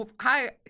Hi